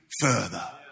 further